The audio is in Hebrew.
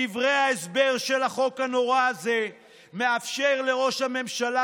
בדברי ההסבר של החוק הנורא הזה מאפשרים לראש הממשלה